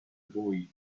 buoy